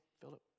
Philip